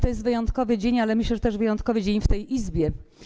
To jest wyjątkowy dzień dla mnie, ale myślę, że też wyjątkowy dzień w tej Izbie.